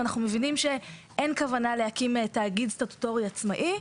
אנחנו מדברים שאין כוונה להקים תאגיד סטטוטורי עצמאי.